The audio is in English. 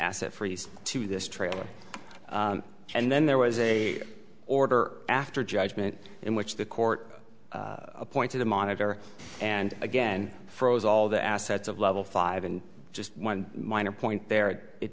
asset freeze to this trailer and then there was a order after a judgment in which the court appointed a monitor and again froze all the assets of level five and just one minor point there it